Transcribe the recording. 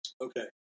Okay